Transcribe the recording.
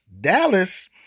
Dallas